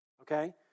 okay